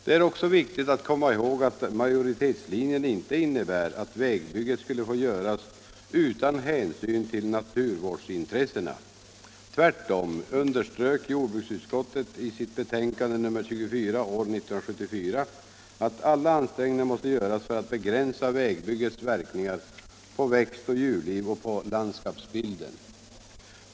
Det är också viktigt att komma ihåg att majoritetslinjen inte innebär att vägbygget skulle få göras utan hänsyn till naturvårdsintressena. Tvärtom underströk jordbruksutskottet i sitt betänkande nr 24 år 1974 att alla ansträngningar måste göras för att begränsa vägbyggets verkningar på växtoch djurliv och på landskapsbilden.